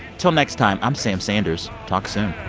till next time, i'm sam sanders. talk soon